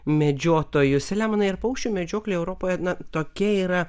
medžiotojus selemonai ir paukščių medžioklė europoje na tokia yra